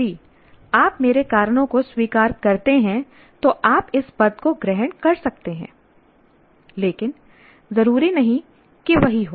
यदि आप मेरे कारणों को स्वीकार करते हैं तो आप इस पद को ग्रहण कर सकते हैं लेकिन जरूरी नहीं कि वही हो